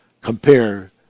Compare